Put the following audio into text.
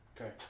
Okay